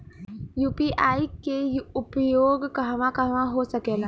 UPI के उपयोग कहवा कहवा हो सकेला?